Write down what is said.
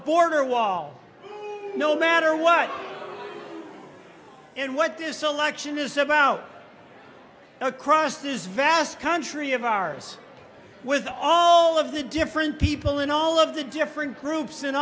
border wall no matter what and what this election is about across this vast country of ours with all of the different people in all of the different groups and